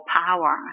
power